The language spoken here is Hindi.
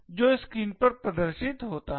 जो स्क्रीन पर प्रदर्शित होता है